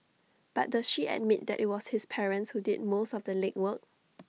but does she admit that IT was his parents who did most of the legwork